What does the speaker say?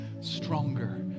stronger